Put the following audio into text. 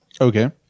Okay